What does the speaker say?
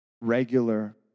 regular